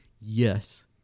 Yes